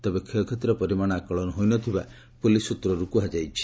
ତେବେ କ୍ଷୟକ୍ଷତିର ପରିମାଣ ଆକଳନ ହୋଇନଥିବା ପୁଲିସ୍ ସ୍ୱତ୍ରରୁ କୁହାଯାଇଛି